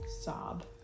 sob